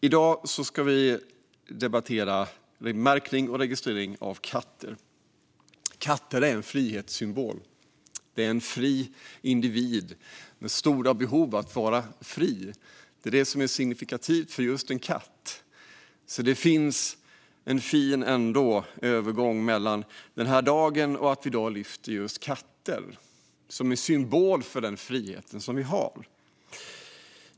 I dag ska vi debattera märkning och registrering av katter. Katten är en frihetssymbol. Det är en fri individ med stora behov av att vara fri. Det är detta som är signifikativt för just en katt, så det finns ändå en fin övergång mellan denna dag och att vi i dag lyfter fram just katter som är en symbol för den frihet vi har.